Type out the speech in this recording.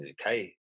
okay